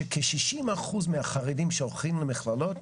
שכ-60% מהחרדים שהולכים למכללות,